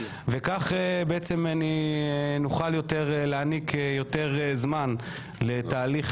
וכך בעצם נוכל להעניק יותר זמן לתהליך